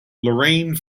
lorraine